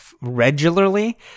regularly